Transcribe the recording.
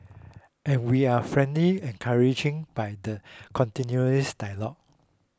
and we're frankly encouraging by the continuing dialogue